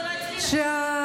זה שיקלי.